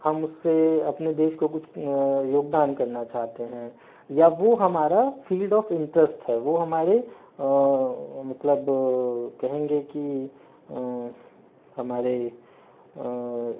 हम उससे अपने देश को कुछ योगदान करना चाहते है या वो हमारा फील्ड ऑफ इन्टरेस्ट है वो हमारे मतलब कहेंगे कि हमारे